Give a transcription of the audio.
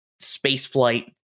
spaceflight